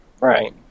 Right